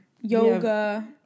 Yoga